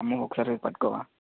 అమ్మూ ఒకసారి ఇది పట్టుకోవా